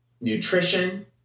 nutrition